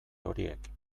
horiek